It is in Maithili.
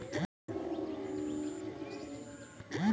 एक एकड़ जमीन वाला के कतेक ऋण राशि भेट सकै छै?